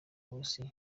burusiya